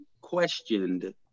questioned